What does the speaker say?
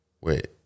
Wait